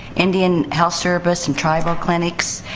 indian health service and tribal clinics.